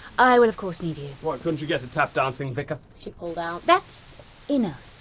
i will of course need you! what, couldn't you get a tap dancing vicar? she pulled out. that's enough,